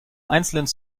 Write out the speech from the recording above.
einzelnen